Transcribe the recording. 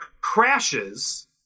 crashes